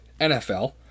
NFL